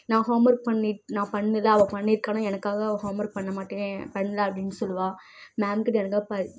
நான் home work பண்ணிட் நான் பண்ணலை அவள் பண்ணியிருக்கான்னா எனக்காக அவள் ஹோம் ஒர்க் பண்ணமாட்டேன் பண்ணல அப்படின்னு சொல்லுவா மேம்க்கு தெரிஞ்சால் ப